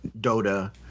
Dota